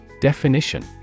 Definition